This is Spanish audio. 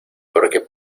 porque